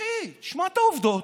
אחי, שמע את העובדות.